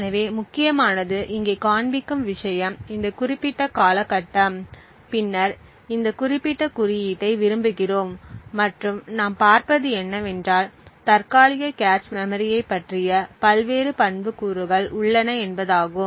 எனவே முக்கியமானது இங்கே காண்பிக்கும் விஷயம் இந்த குறிப்பிட்ட காலகட்டம் பின்னர் இந்த குறிப்பிட்ட குறியீட்டை விரும்புகிறோம் மற்றும் நாம் பார்ப்பது என்னவென்றால் தற்காலிக கேச் மெமரியை பற்றிய பல்வேறு பண்புக்கூறுகள் உள்ளன என்பதாகும்